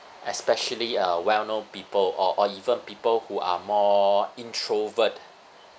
especially uh well-known people or or even people who are more introvert